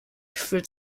fühlt